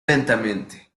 lentamente